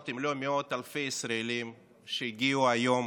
אם לא מאות אלפי ישראלים שהגיעו היום